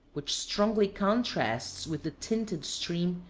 which strongly contrasts with the tinted stream,